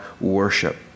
worship